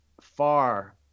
far